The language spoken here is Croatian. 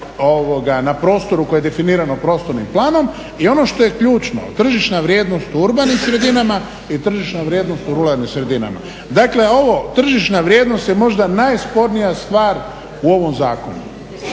na prostoru koje je definirano prostornim planom i ono što je ključno, tržišna vrijednost u urbanim sredinama i tržišna vrijednost u ruralnim sredinama. Dakle, ovo tržišna vrijednost je možda najspornija stvar u ovom zakonu,